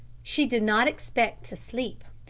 she did not expect to sleep.